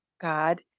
God